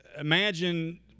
imagine